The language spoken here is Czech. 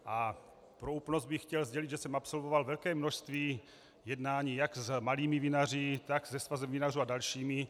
A pro úplnost bych chtěl sdělit, že jsem absolvoval velké množství jednání jak s malými vinaři, tak se Svazem vinařů a dalšími.